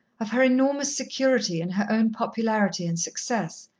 of her enormous security in her own popularity and success,